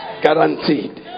guaranteed